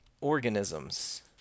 organisms